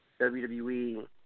WWE